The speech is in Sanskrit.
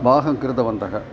भागं कृतवन्तः